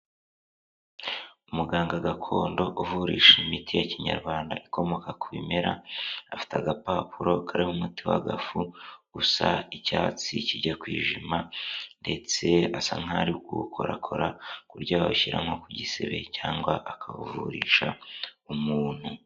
Umuganga gakondo uvurisha imiti ya kinyarwanda, ikomoka ku bimera, afite agapapuro karimo umuti w'agafu, usa icyatsi kijya kwijima ndetse asa nk'aho ari kuwukorakora kuburyo yawushyira nko ku gisebe cyangwa akawuvurisha umuntu.